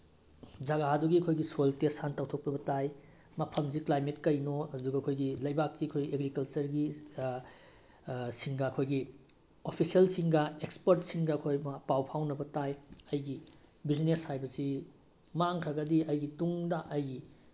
ꯖꯒꯥꯗꯨꯒꯤ ꯑꯩꯈꯣꯏꯒꯤ soil test ꯍꯥꯟ ꯇꯧꯊꯣꯛꯄꯤꯕ ꯇꯥꯏ ꯃꯐꯝꯁꯤ ꯀ꯭ꯂꯥꯏꯃꯦꯠ ꯀꯩꯅꯣ ꯑꯗꯨꯒ ꯑꯩꯈꯣꯏꯒꯤ ꯂꯩꯕꯥꯛꯀꯤ ꯑꯩꯈꯣꯏ ꯑꯦꯒ꯭ꯔꯤꯀꯜꯆꯔꯒꯤ ꯁꯤꯡꯒ ꯑꯩꯈꯣꯏꯒꯤ ꯑꯣꯐꯤꯁꯦꯜꯁꯤꯡꯒ ꯑꯦꯛꯁꯄꯔꯠꯁꯤꯡꯒ ꯑꯩꯈꯣꯏ ꯄꯥꯎ ꯐꯥꯎꯅꯕ ꯇꯥꯏ ꯑꯩꯒꯤ ꯕꯤꯖꯤꯅꯦꯁ ꯍꯥꯏꯕꯁꯤ ꯃꯥꯡꯈ꯭ꯔꯒꯗꯤ ꯑꯩꯒꯤ ꯇꯨꯡꯗ ꯑꯩꯒꯤ